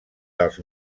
dels